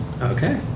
Okay